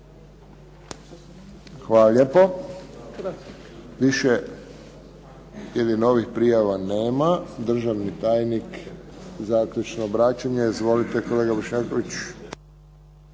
Hvala lijepo. Više ili novih prijava nema. Državni tajnik zaključno obraćanje. Izvolite kolega Bošnjaković.